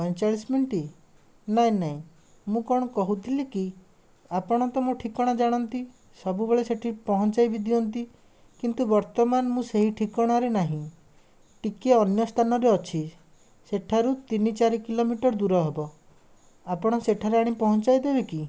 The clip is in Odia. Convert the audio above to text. ପଇଁଚାଳିଶ ମିନିଟ୍ ନାଇଁ ନାଇଁ ମୁଁ କ'ଣ କହୁଥିଲି କି ଆପଣ ତ ମୋ ଠିକଣା ଜାଣନ୍ତି ସବୁବେଳେ ସେଠି ପହଞ୍ଚାଇ ବି ଦିଅନ୍ତି କିନ୍ତୁ ବର୍ତ୍ତମାନ ମୁଁ ସେଇ ଠିକଣାରେ ନାହିଁ ଟିକେ ଅନ୍ୟ ସ୍ଥାନରେ ଅଛି ସେଠାରୁ ତିନି ଚାରି କିଲୋମିଟର୍ ଦୂର ହେବ ଆପଣ ସେଠାରେ ଆଣି ପହଞ୍ଚାଇ ଦେବେ କି